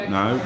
no